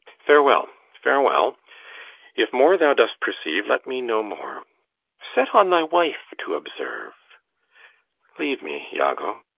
farewell, farewell if more thou dost perceive, let me know more set on thy wife to observe leave me, iago.